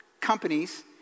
companies